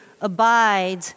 abide